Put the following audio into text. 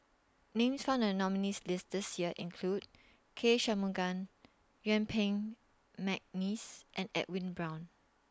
Names found in The nominees' list This Year include K Shanmugam Yuen Peng Mcneice and Edwin Brown